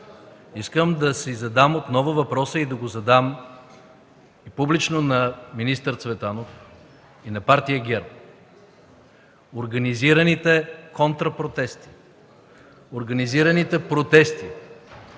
Искам да задам отново въпроса и да го задам публично на министър Цветанов и на партия ГЕРБ: организираните контра протести, организираните протести